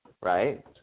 right